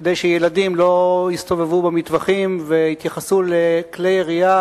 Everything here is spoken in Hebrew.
כדי שילדים לא יסתובבו במטווחים ויתייחסו לכלי ירייה